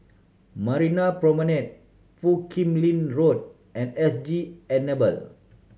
Marina Promenade Foo Kim Lin Road and S G Enable